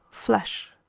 flesh.